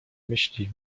myśli